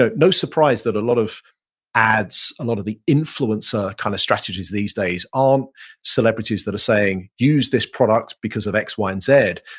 ah no surprise that a lot of ads, a lot of the influencer kind of strategies these days aren't celebrities that are saying use this product because of x, y, and z.